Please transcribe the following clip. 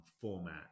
format